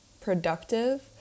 productive